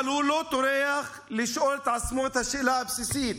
אבל הוא לא טורח לשאול את עצמו את השאלה הבסיסית,